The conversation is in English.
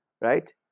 right